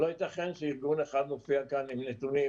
לא ייתכן שארגון אחד מופיע כאן עם נתונים